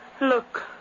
Look